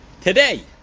today